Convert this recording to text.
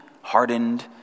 hardened